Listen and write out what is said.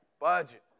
Budget